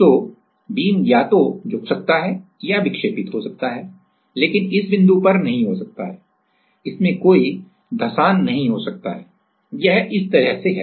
तो बीम या तो झुक सकता है या विक्षेपित हो सकता है लेकिन इस बिंदु पर नहीं हो सकता है इसमें कोई धसान नहीं हो सकता है यह इस तरह है